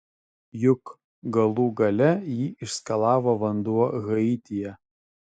juk galų gale jį išskalavo vanduo haityje